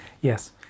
Yes